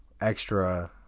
extra